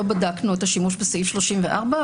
לא בדקנו את השימוש בסעיף 34,